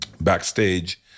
backstage